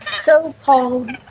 so-called